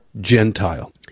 Gentile